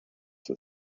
that